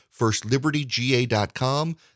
FirstLibertyGA.com